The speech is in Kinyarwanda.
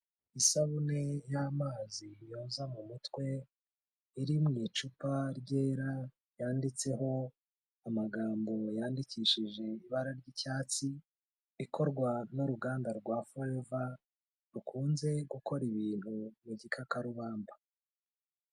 Isabune y'amazi yoza mu mutwe, iri mu icupa ryera yanditseho amagambo yandikishije ibara ry'icyatsi, ikorwa n'uruganda rwa foreva, rukunze gukora ibintu mu gikakarubamba.